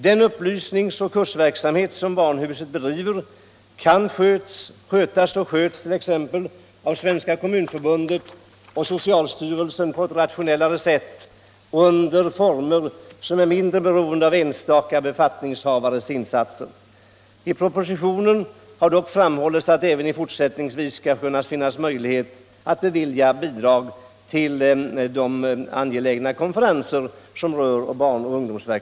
Den upplysnings och kursverksamhet som barnhuset bedriver kan skötas och sköts av t.ex. Svenska kommunförbundet och socialstyrelsen på rationellare sätt och under former som är mindre beroende av enstaka befattningshavares insatser. I propositionen har dock framhållits att det även fortsättningsvis skall finnas möjlighet att bevilja bidrag till vissa angelägna konferenser i frågor som rör barn och ungdom.